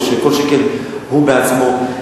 וכל שכן הוא בעצמו.